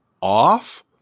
Off